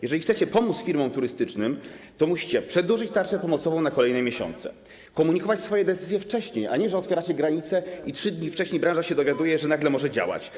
Jeżeli chcecie pomóc firmom turystycznym, to musicie przedłużyć działanie tarczy pomocowej na kolejne miesiące, komunikować swoje decyzje wcześniej, a nie w ten sposób, że otwieracie granice i 3 dni wcześniej branża się dowiaduje, że nagle może działać.